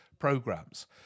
programs